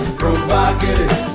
provocative